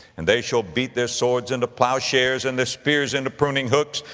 and they shall beat their swords into plowshares, and their spears into pruning hooks,